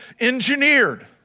engineered